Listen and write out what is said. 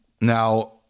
Now